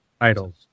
titles